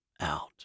out